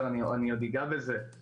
אני עוד אגע בזה,